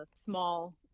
small